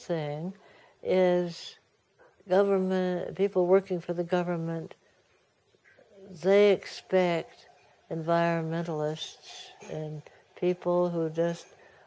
thing is government people working for the government they expect environmentalist's and people who just